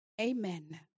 Amen